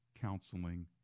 Counseling